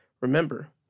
remember